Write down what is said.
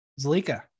Zalika